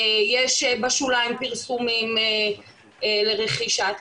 יש בשוליים פרסומים לרכישת קנאביס.